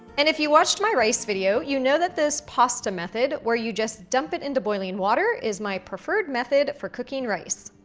and if you watched my rice video, you know that this pasta method where you just dump it into boiling water is my preferred method for cooking rice.